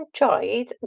enjoyed